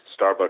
Starbucks